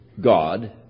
God